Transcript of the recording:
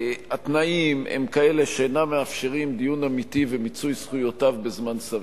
התנאים הם כאלה שאינם מאפשרים דיון אמיתי ומיצוי זכויותיו בזמן סביר.